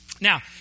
Now